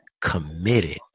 committed